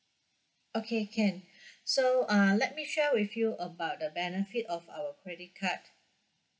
okay can so uh let me share with you about the benefit of our credit card